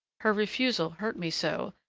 her refusal hurt me so,